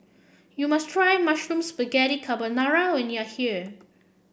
you must try Mushroom Spaghetti Carbonara when you are here